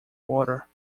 water